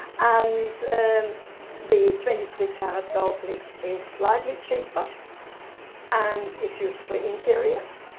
and and the twenty-three karat gold leaf is slightly cheaper and is used for interiors.